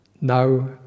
now